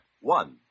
One